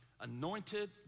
anointed